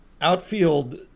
Outfield